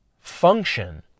Function